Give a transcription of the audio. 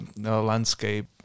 landscape